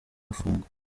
arafungwa